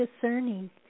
discerning